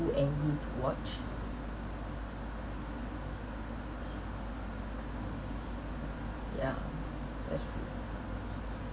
too angry to watch yeah that's true